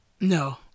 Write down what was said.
No